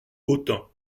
autun